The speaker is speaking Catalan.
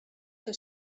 que